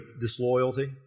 disloyalty